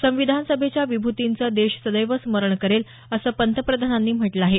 संविधान सभेच्या विभूतींचं देश संदैव स्मरण करेल असं पंतप्रधानांनी म्हटलं आहे